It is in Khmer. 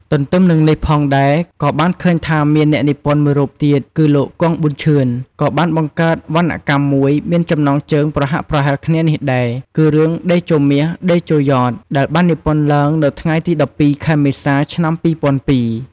ទន្ទឹមនឹងនេះផងដែរ ក៏បានឃើញថាមានអ្នកនិពន្ធមួយរូបទៀតគឺ លោក គង្គ ប៊ុនឈឿន ក៏បានបង្កើតវណ្ណកម្មមួយមានចំណងជើងប្រហាក់ប្រហែលគ្នានេះដែរ គឺរឿង “តេជោមាស តេជោយ៉ត” ដែលបាននិពន្ធឡើងនៅថ្ងៃទី១២ ខែមេសា ឆ្នាំ២០០២។